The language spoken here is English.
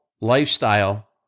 lifestyle